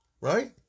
right